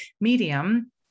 medium